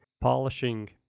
polishing